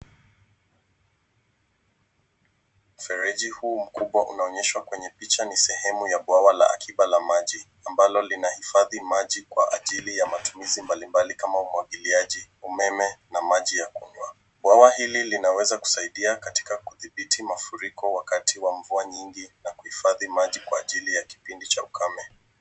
Mfereji huu mkubwa unaonyeshwa kwa picha ni sehemu ya bwawa la akiba la maji ambalo linahifadhi maji kwa ajili ya matumizi mbalimbali kama umwagiliaji, umeme na maji ya kunywa. Bwawa hili linaweza kusaidia katika kudhibiti mafuriko wakati wa mvua nyingi na kuhifadhi maji kwa ajili ya kipindi cha ukame.